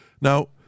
Now